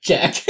Jack